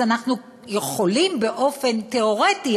אז אנחנו יכולים באופן תיאורטי,